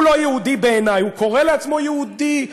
הוא לא יהודי בעיני, הוא קורא לעצמו יהודי.